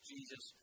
Jesus